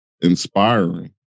inspiring